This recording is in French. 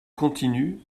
continue